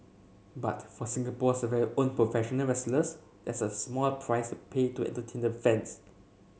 but for Singapore's very own professional wrestlers that's a small price pay to entertain the fans